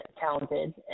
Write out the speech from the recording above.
talented